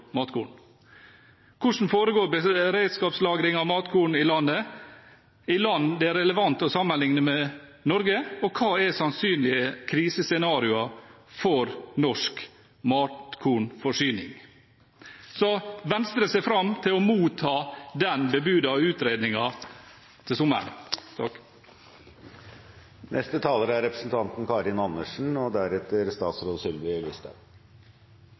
matkorn: Hvordan foregår beredskapslagring av matkorn i land det er relevant å sammenligne med Norge, og hva er sannsynlige krisescenarioer for norsk matkornforsyning? Venstre ser fram til å motta den bebudede utredningen til sommeren. Først vil jeg bare signalisere at SV kommer til å støtte forslaget fra Arbeiderpartiet og